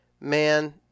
man